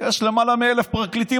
יש למעלה מ-1,000 פרקליטים,